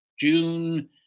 June –